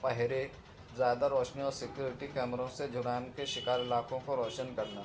پہرے زیادہ روشنیوں سے سیکوریٹی کیمروں سے جرائم کے شکار لاکھوں کو روشن کرنا